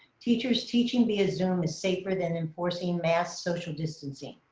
teachers teaching via zoom is safer than enforcing mass social distancing.